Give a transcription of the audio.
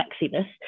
sexiness